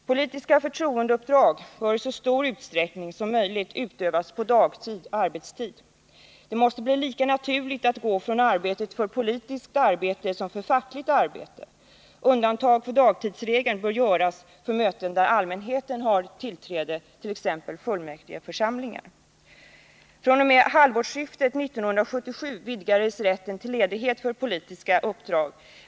Politiska förtroendeuppdrag bör i så stor utsträckning som möjligt utövas på dagtid/arbetstid. Det måste bli lika naturligt att gå från arbetet för politiskt som för fackligt arbete. Undantag från dagstidsregeln bör göras för möten där allmänheten har tillträde, t.ex. fullmäktigeförsamlingar. fr.o.m. halvårsskiftet 1977 vidgades rätten till ledighet för politiska uppdrag.